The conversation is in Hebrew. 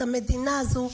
את המדינה הזו,